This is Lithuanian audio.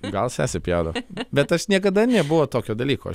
gal sesė pjaudavo bet aš niekada nebuvo tokio dalyko